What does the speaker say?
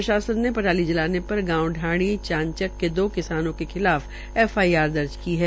प्रशासन ने पराली जलाने पर गांव ढांणी चानचक के दो किसानों के खिलाफ एफआईआर दर्ज की है